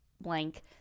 blank